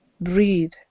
breathe